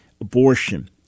abortion